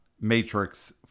Matrix